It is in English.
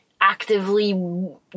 actively